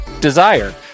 Desire